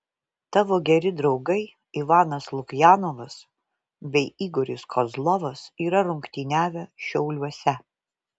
tavo geri draugai ivanas lukjanovas bei igoris kozlovas yra rungtyniavę šiauliuose